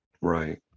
Right